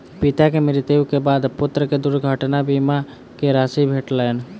पिता के मृत्यु के बाद पुत्र के दुर्घटना बीमा के राशि भेटलैन